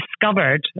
discovered